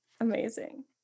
amazing